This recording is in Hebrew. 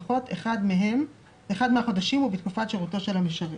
ובלבד שלפחות אחד מהחודשים הוא בתקופת שירותו של המשרת."